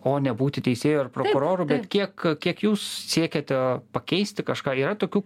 o nebūti teisėju ar prokuroru bet kiek kiek jūs siekiate pakeisti kažką yra tokių